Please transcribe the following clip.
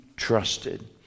trusted